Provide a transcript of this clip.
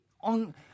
on